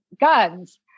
guns